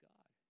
God